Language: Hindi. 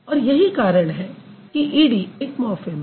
और यही कारण है कि ईडी एक मॉर्फ़िम है